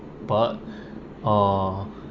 but uh